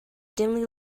dimly